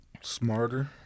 smarter